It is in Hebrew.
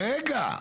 רגע.